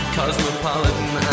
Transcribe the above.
Cosmopolitan